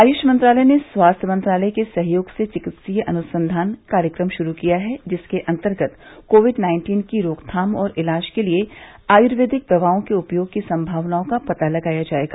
आयुष मंत्रालय ने स्वास्थ्य मंत्रालय के सहयोग से चिकित्सीय अनुसंधान कार्यक्रम श्रू किया है जिसके अंतर्गत कोविड नाइन्टीन की रोकथाम और इलाज के लिए आयर्वेदिक दवाओं के उपयोग की संभावनाओं का पता लगाया जाएगा